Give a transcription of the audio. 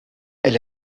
elle